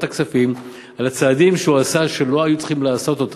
הכספים על הצעדים שהוא עשה שלא היו צריכים לעשות אותם,